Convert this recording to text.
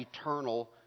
eternal